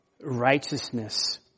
righteousness